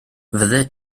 fyddet